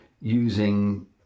using